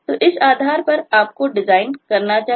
तो इस आधार पर आपको डिज़ाइन करना चाहिए